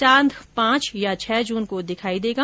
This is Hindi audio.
चांद पांच या छह जून को दिखाई देगा